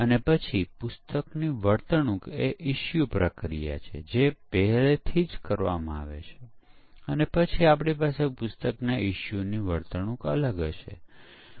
તેથી શરૂઆતમાં અહીં જુઓ કે કેટલીક ભૂલો હતી અને પછી આપણે ભૂલ શોધવાની તકનીકનો ઉપયોગ કર્યો જે સમીક્ષા હોઈ શકે છે